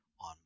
on